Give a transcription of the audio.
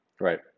Right